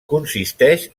consisteix